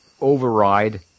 override